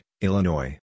Illinois